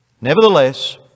Nevertheless